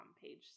page